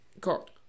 got